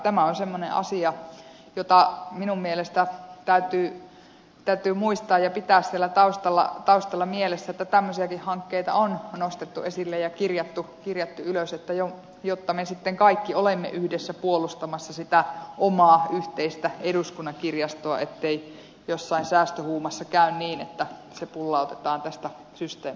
tämä on semmoinen asia joka minun mielestäni täytyy muistaa ja pitää siellä taustalla mielessä että tämmöisiäkin hankkeita on nostettu esille ja kirjattu ylös jotta me sitten kaikki olemme yhdessä puolustamassa sitä omaa yhteistä eduskunnan kirjastoa ettei jossain säästöhuumassa käy niin että se pullautetaan tästä systeemistä pois